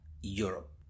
Europe